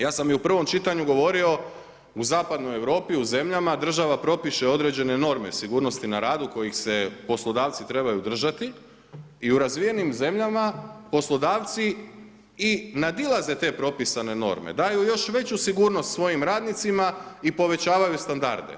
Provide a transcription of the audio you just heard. Ja sam i u prvom čitanju govorio u zapadnoj Europi, u zemljama, država propiše određene norme sigurnosti na radu kojih se poslodavci trebaju držati i u razvijenim zemljama poslodavci i nadilaze te propisane norme, daju još veću sigurnost svojim radnicima i povećavaju standarde.